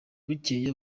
bukeye